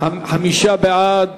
חמישה בעד,